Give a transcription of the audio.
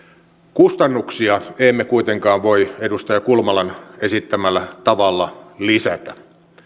kustannuksia emme kuitenkaan voi edustaja kulmalan esittämällä tavalla lisätä